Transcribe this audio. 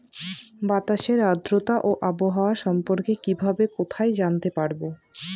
বাতাসের আর্দ্রতা ও আবহাওয়া সম্পর্কে কিভাবে কোথায় জানতে পারবো?